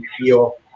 feel